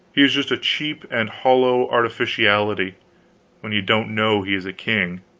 he is just a cheap and hollow artificiality when you don't know he is a king.